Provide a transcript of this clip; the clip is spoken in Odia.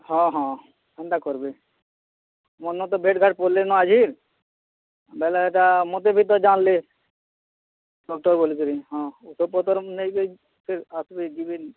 ହଁ ହଁ ଏନ୍ତା କର୍ବେ ମନ ତ ଭେଟ୍ ଘାଟ୍ କଲେ ନ ଆଜି ବେଲେ ସେଟା ମୋତେ ବି ତ ଜାନ୍ଲେ ଡ଼କ୍ତର୍ ବୋଲିକରି ହଁ ଓଷ ପତର ନେଇକି ଆଇଚି ଫିର୍